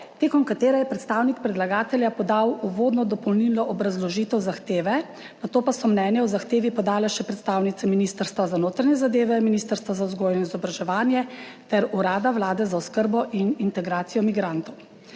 med katero je predstavnik predlagatelja podal uvodno dopolnilno obrazložitev zahteve, nato pa so mnenje o zahtevi podale še predstavnice Ministrstva za notranje zadeve, Ministrstva za vzgojo in izobraževanje ter Urada Vlade za oskrbo in integracijo migrantov.